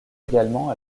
également